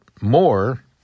more